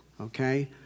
okay